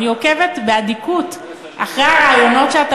אני עוקבת באדיקות אחרי הראיונות שאתה